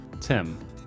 Tim